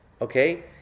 okay